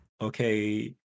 okay